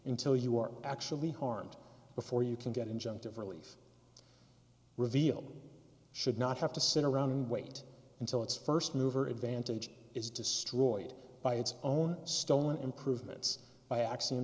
until you are actually harmed before you can get injunctive relief revealed should not have to sit around and wait until its first mover advantage is destroyed by its own stolen improvements by a